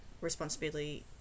responsibility